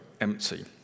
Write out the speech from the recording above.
empty